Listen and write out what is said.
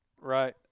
Right